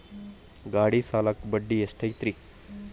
ಗಾಡಿ ಸಾಲಕ್ಕ ಬಡ್ಡಿ ಎಷ್ಟೈತ್ರಿ?